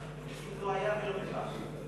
כאילו לא היה ולא נברא.